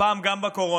הפעם גם בקורונה.